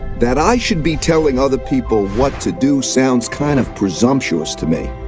that i should be telling other people what to do sounds kind of presumptuous to me,